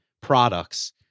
products